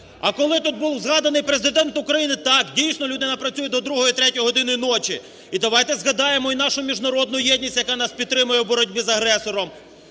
А коли тут був згаданий Президент України, так, дійсно, людина працює до 2-3 години ночі. І давайте згадаємо і нашу міжнародну єдність, яка нас підтримує у боротьбі з агресором,